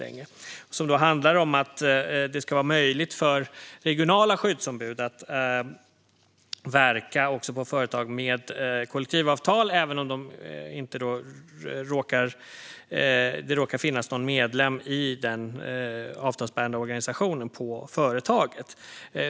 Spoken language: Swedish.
Det handlar om att det ska vara möjligt för regionala skyddsombud att verka också på företag med kollektivavtal, även om det inte råkar finnas någon medlem i den avtalsbärande organisationen på företaget.